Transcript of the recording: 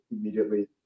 immediately